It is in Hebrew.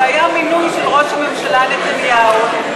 שהיה מינוי של ראש הממשלה נתניהו,